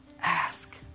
ask